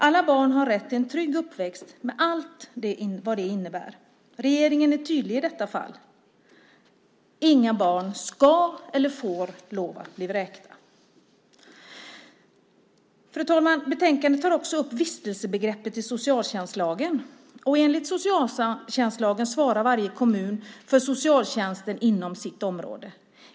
Alla barn har rätt till en trygg uppväxt med allt vad det innebär. Regeringen är tydlig i detta fall. Inga barn ska eller får lov att bli vräkta. Fru talman! I betänkandet tas vistelsebegreppet i socialtjänstlagen upp. Enligt socialtjänstlagen svarar varje kommun för socialtjänsten inom sitt område.